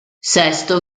sesto